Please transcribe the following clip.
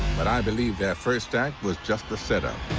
but i believe their first act was just the set up